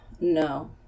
No